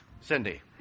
Cindy